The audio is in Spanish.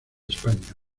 españa